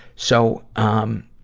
so, um,